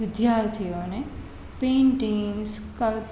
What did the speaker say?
વિદ્યાર્થીઓને પેઈન્ટીંગ્સ કલ